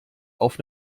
auf